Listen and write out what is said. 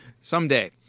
Someday